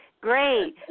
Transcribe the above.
Great